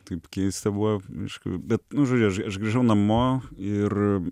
taip keista buvo aišku bet nu žodžiu aš grįžau namo ir